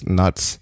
nuts